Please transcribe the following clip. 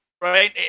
Right